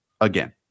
again